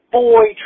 boy